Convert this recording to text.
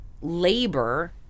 labor